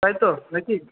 তাই তো নাকি